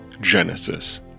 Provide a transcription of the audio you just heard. Genesis